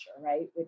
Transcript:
right